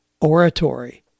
oratory